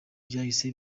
byahise